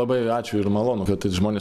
labai ačiū ir malonu kad žmonės